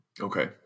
okay